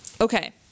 okay